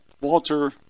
Walter